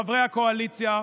חברי הקואליציה,